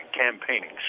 campaigning